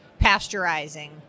pasteurizing